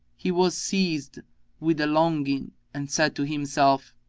he was seized with a longing and said to himself,